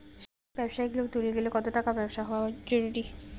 ব্যবসায়িক লোন তুলির গেলে কতো টাকার ব্যবসা হওয়া জরুরি?